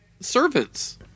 servants